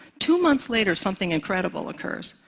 two months later, something incredible occurs.